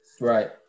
right